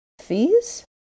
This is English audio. Fees